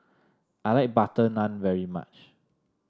I like butter naan very much